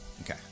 Okay